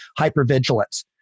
hypervigilance